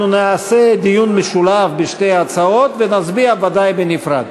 אנחנו נעשה דיון משולב בשתי ההצעות ונצביע ודאי בנפרד,